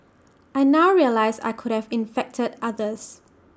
I now realize I could have infected others